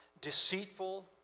deceitful